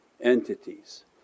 entities